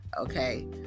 okay